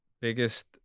Biggest